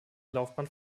laufbahn